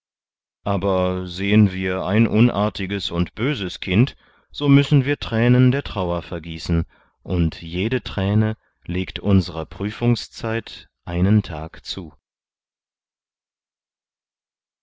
aber sehen wir ein unartiges und böses kind so müssen wir thränen der trauer vergießen und jede thräne legt unserer prüfungszeit einen tag zu